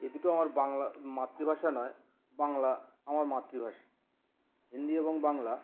এই দুটো আমার বাংলা মাতৃভাষা নয় বাংলা আমার মাতৃভাষা হিন্দি এবং বাংলা